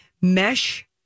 mesh